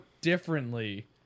differently